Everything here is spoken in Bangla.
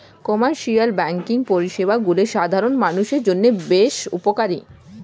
কমার্শিয়াল ব্যাঙ্কিং পরিষেবাগুলি সাধারণ মানুষের জন্য বেশ উপকারী